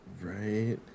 Right